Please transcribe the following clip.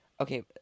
Okay